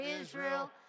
Israel